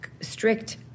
strict